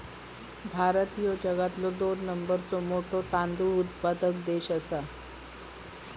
भारत ह्यो जगातलो दोन नंबरचो मोठो तांदूळ उत्पादक देश आसा